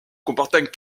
comportant